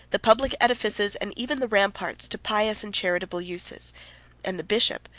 the public edifices, and even the ramparts, to pious and charitable uses and the bishop,